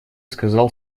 сказал